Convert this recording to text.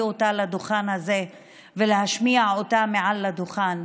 אותה לדוכן הזה ולהשמיע אותה מעל הדוכן,